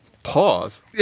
pause